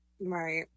Right